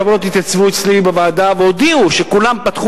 החברות התייצבו אצלי בוועדה והודיעו שכולם פתחו